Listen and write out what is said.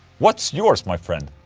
what's yours my friend?